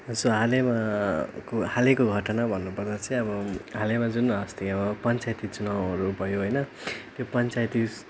यसो हालमा को हालको घटना भन्नु पर्दा चाहिँ अब हालमा जुन अस्ति अब पञ्चायती चुनाउहरू भयो होइन त्यो पञ्चायती